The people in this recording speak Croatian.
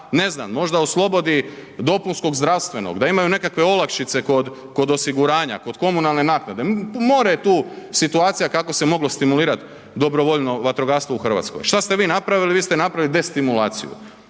ne znam, možda oslobodi dopunskog zdravstvenog, da imaju nekakve olakšice kod, kod osiguranja, kod komunalne naknade, more je tu situacija kako se moglo stimulirat dobrovoljno vatrogastvo u RH. Šta ste vi napravili? Vi ste napravili destimulaciju.